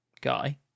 guy